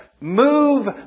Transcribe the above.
Move